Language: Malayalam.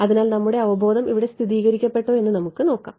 അതിനാൽ നമ്മുടെ അവബോധം ഇവിടെ സ്ഥിരീകരിക്കപ്പെട്ടോ എന്ന് നമുക്ക് നോക്കാം